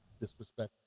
disrespect